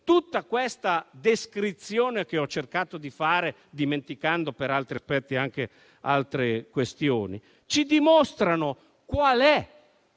tutta questa descrizione che ho cercato di fare, dimenticando per diversi aspetti anche altre questioni, dimostra quali